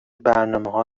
برنامهها